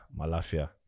Malafia